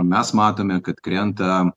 mes matome kad krenta